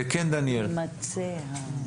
כן, דניאל.